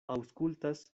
aŭskultas